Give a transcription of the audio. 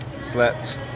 slept